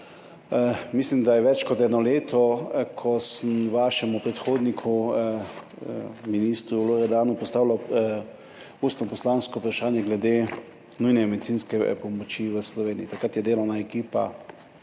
Mislim, da je več kot eno leto od tega, ko sem vašemu predhodniku, ministru Loredanu, postavil ustno poslansko vprašanje glede nujne medicinske pomoči v Sloveniji. Takrat je delovna ekipa